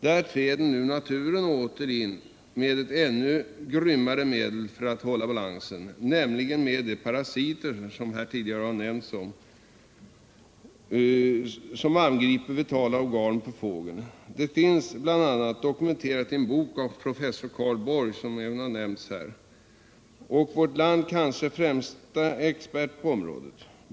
Där träder nu naturen åter in men med ett ännu grymmare medel för att hålla balansen, nämligen — som tidigare nämnts — med en parasit som angriper vitala organ i fågeln. Detta finns bl.a. dokumenterat i en bok av professor Karl Borg, vårt lands kanske främste expert på området.